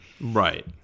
Right